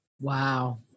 Wow